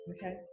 Okay